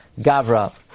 Gavra